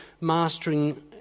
mastering